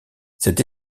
cette